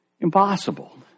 Impossible